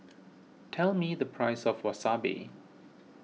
tell me the price of Wasabi